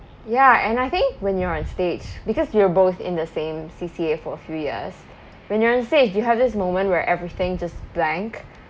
ya and I think when you're on stage because we were both in the same C_C_A for a few years when you're on stage you have this moment where everything just blank